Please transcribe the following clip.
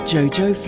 Jojo